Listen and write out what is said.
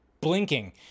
blinking